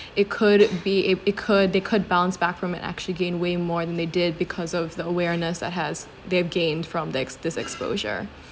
it could it be it it could they could bounce back from it actually gained way more than they did because of the awareness that has they've gained from that ex~ this exposure